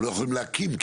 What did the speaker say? הם לא יכולות להקים,